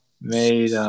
made